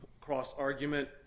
cross-argument